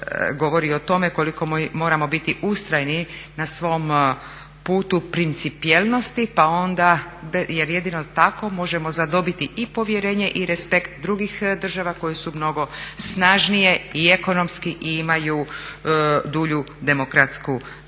govori o tome koliko moramo biti ustrajni na svom putu principijelnosti pa onda, jer jedino tako možemo zadobiti i povjerenje i respekt drugih država koje su mnogo snažnije i ekonomski i imaju dulju demokratsku tradiciju.